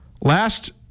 Last